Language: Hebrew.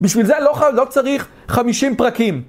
בשביל זה לא צריך 50 פרקים.